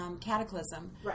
Cataclysm